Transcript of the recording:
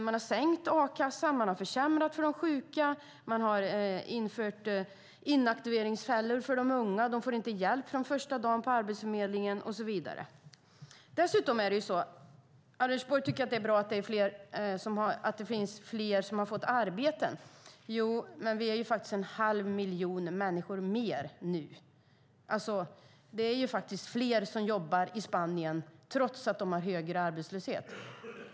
Man har sänkt a-kassan, försämrat för de sjuka, infört inaktiveringsfällor för de unga - de får inte hjälp från första dagen på Arbetsförmedlingen - och så vidare. Anders Borg tycker att det är bra att det finns fler som har fått arbete. Men vi är ju faktiskt en halv miljon fler nu. Det är fler som jobbar i Spanien trots att Spanien har högre arbetslöshet.